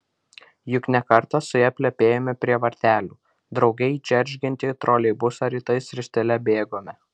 juk ne kartą su ja plepėjome prie vartelių drauge į džeržgiantį troleibusą rytais ristele bėgome